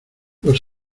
los